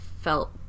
felt